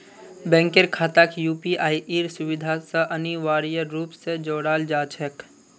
बैंकेर खाताक यूपीआईर सुविधा स अनिवार्य रूप स जोडाल जा छेक